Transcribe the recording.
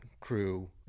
crew